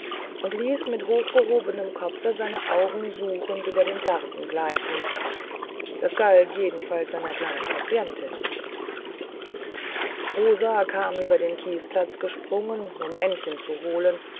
und ließ mit hochgehobenem kopfe seine augen suchend über den garten gleiten das galt jedenfalls seiner kleinen patientin rosa kam über den kiesplatz gesprungen um aennchen zu holen